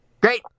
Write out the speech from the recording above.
Great